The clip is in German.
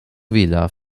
villa